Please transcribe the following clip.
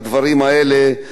הדברים האלה,